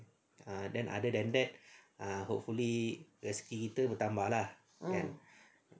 ah then other than that ah hopefully rezeki kita bertambah lah